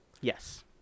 Yes